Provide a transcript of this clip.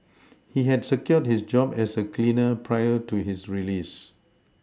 he had secured his job as a cleaner prior to his release